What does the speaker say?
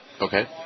Okay